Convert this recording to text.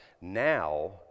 now